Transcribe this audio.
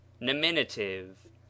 nominative